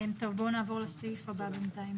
תודה על רשות הדיבור.